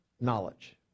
knowledge